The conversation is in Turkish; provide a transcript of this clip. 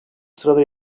sırada